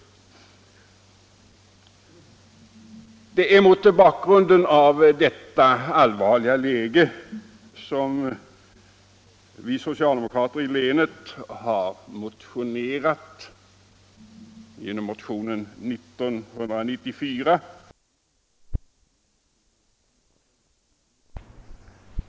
Det är mot bakgrunden av detta allvarliga läge som vi socialdemokrater i länet har motionerat om att F 12 skall bibehållas.